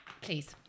please